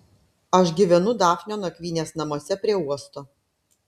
aš gyvenu dafnio nakvynės namuose prie uosto